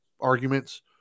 arguments